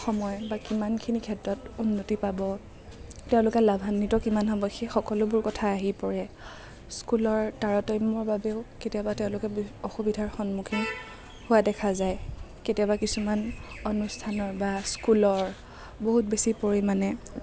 সময় বা কিমানখিনি ক্ষেত্ৰত উন্নতি পাব তেওঁলোকে লাভান্নিত কিমান হ'ব সেই সকলোবোৰ কথা আহি পৰে স্কুলৰ তাৰতম্যৰ বাবেও কেতিয়াবা তেওঁলোকে অসুবিধাৰ সন্মুখীন হোৱা দেখা যায় কেতিয়াবা কিছুমান অনুষ্ঠানৰ বা স্কুলৰ বহুত বেছি পৰিমাণে